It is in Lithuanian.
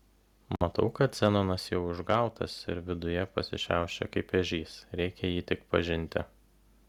matau kad zenonas jau užgautas ir viduje pasišiaušė kaip ežys reikia jį tik pažinti